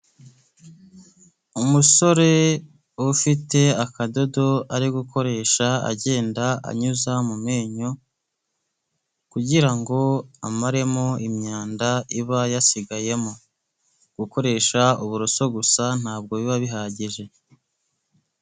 Umusore ufite akadodo ari gukoresha agenda anyuza mu menyo kugira amaremo imyanda iba yasigayemo. Gukoresha uburoso gusa ntabwo biba bihagije.